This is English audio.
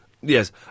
Yes